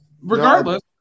regardless